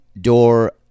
door